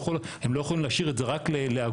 הם לא יכולים להשאיר את זה רק לאגודות,